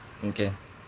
okay